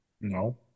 No